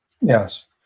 Yes